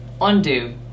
undo